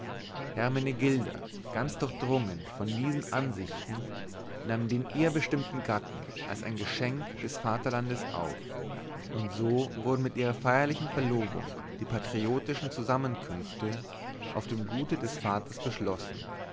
hermenegilda ganz durchdrungen von diesen ansichten nahm den ihr bestimmten gatten als ein geschenk des vaterlandes auf und so wurden mit ihrer feierlichen verlobung die patriotischen zusammenkünfte auf dem gute des vaters beschlossen